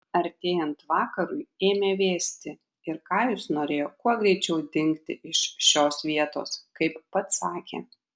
artėjant vakarui ėmė vėsti ir kajus norėjo kuo greičiau dingti iš šios vietos kaip pats sakė